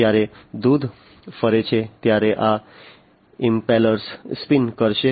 જ્યારે દૂધ ફરે છે ત્યારે આ ઇમ્પેલર્સ સ્પિન કરશે